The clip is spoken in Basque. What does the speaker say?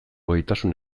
gaitasun